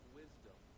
wisdom